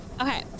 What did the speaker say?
Okay